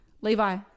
Levi